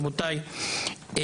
רבותיי,